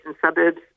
suburbs